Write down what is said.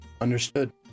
understood